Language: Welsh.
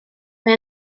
mae